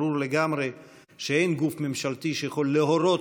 ברור לגמרי שאין גוף ממשלתי שיכול להורות